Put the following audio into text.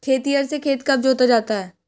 खेतिहर से खेत कब जोता जाता है?